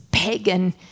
pagan